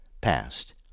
passed